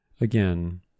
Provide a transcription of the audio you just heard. Again